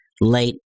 late